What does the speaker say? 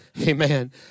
Amen